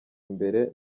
imbere